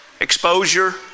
exposure